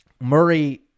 Murray